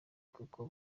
kuko